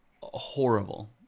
horrible